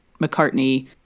McCartney